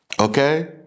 Okay